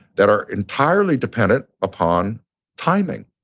that are entirely dependent upon timing.